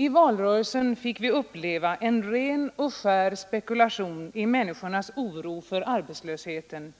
I valrörelsen fick vi från borgerlighetens, kanske främst från centerns, sida uppleva en ren och skär spekulation i människornas oro för arbetslösheten.